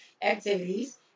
activities